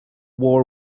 war